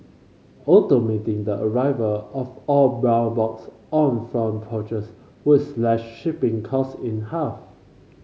automating the arrival of all brown box on front porches would slash shipping cost in half